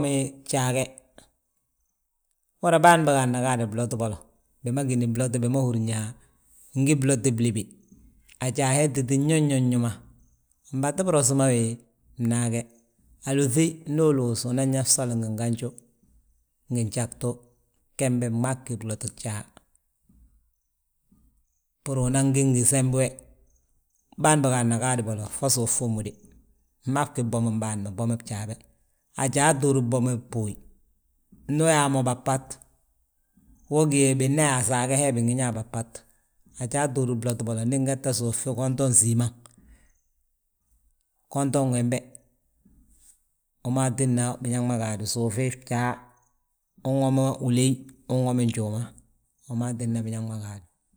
He bjaa ge, húri yaa bân bége anna gaade blot bolo, bi ma gíni blot bi ma húrin yaa, mgí bloti blébe. Ajaa he títi nyo, nyo, nyo ma, mbatu biros ma wi bnaage. Alúŧi ndu uluus unan yaa fsoli ngi ganju, ngi gjagbu, gembe gmaa gí gloti gjaa. Bbúru unan gí ngi sembu we, bân bógaa nna gaadi bolo fo suuf fommu de fmaa fgi bwomim bâan ma, bwomi bjaa be. Ajaa ttúuri bwomi boye ndu uyaa mo babbat, we gí ye binan yaa asaage he bingi ñaa babbat. Ajaa túuri bloti bolo ndi ngette suufi guntoŋ siimaŋ. Guntuŋ wembe, wi maa tídna biñaŋ gaadi suufi fjaa. Unwomi uléey, unwomi njuuma, wi maa tídna biñaŋ ma gaadu.